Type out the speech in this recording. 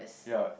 ya